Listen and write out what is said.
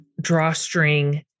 drawstring